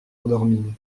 endormie